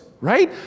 right